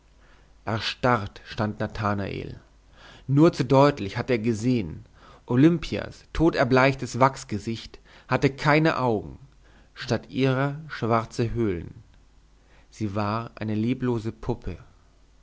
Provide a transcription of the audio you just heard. erstarrt stand nathanael nur zu deutlich hatte er gesehen olimpias toderbleichtes wachsgesicht hatte keine augen statt ihrer schwarze höhlen sie war eine leblose puppe